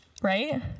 Right